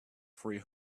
three